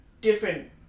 different